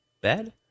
Bad